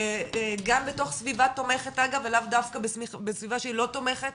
גם בתוך סביבה תומכת אגב ולאו דווקא בסביבה שהיא לא תומכת,